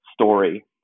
story